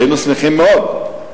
היינו שמחים מאוד,